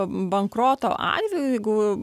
bankroto atveju jeigu